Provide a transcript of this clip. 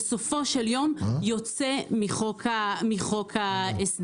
בסופו של יום יוצא מחוק ההסדרים.